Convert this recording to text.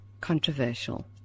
controversial